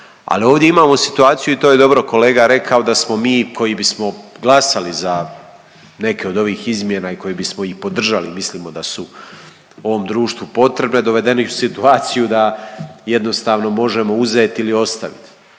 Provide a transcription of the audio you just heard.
Ali ovdje imamo situaciju i to je dobro kolega rekao da smo mi koji bismo glasali za neke od ovih izmjena i koje bismo i podržali, mislimo da su ovom društvu potrebne dovedeni u situaciju da jednostavno možemo uzeti ili ostaviti.